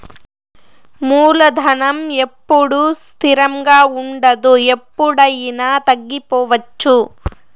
మూలధనం ఎప్పుడూ స్థిరంగా ఉండదు ఎప్పుడయినా తగ్గిపోవచ్చు